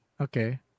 Okay